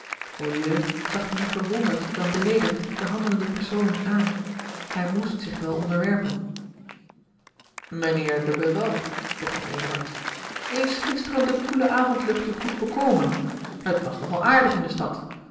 zag meer verwonderd dan beleedigd de handelende personen aan hij moest zich wel onderwerpen mijnheer de beval begon eduard is gisteren de koele avondlucht u goed bekomen het was nog al aardig in de stad